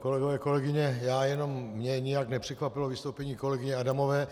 Kolegové a kolegyně, mě nijak nepřekvapilo vystoupení kolegyně Adamové,